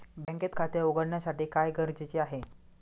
बँकेत खाते उघडण्यासाठी काय गरजेचे आहे?